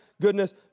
goodness